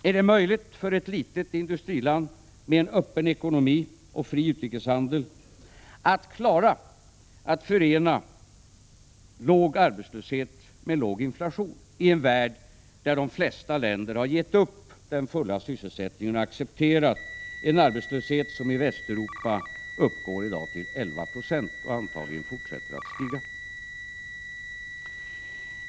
Är det möjligt för ett litet industriland med en öppen ekonomi och fri utrikeshandel att lyckas förena låg arbetslöshet med låg inflation i en värld där de flesta länder har gett upp den fulla sysselsättningen och accepterat en arbetslöshet som i Västeuropa i dag uppgår till 11 96 och antagligen fortsätter att stiga?